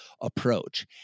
approach